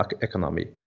economy